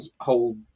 whole